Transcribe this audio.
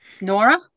Nora